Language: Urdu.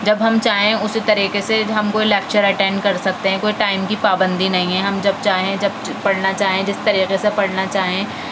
جب ہم چاہیں اس طریقے سے ہم کوئی لکچر اٹینڈ کر سکتے ہیں کوئی ٹائم کی پابندی نہیں ہے ہم جب چاہیں جب پڑھنا چاہیں جس طریقے سے پڑھنا چاہیں